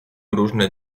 różne